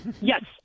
Yes